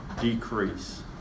decrease